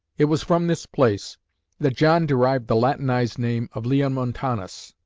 it was from this place that john derived the latinised name of leonmontanus,